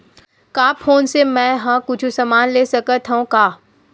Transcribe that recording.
का फोन से मै हे कुछु समान ले सकत हाव का?